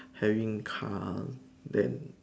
having car then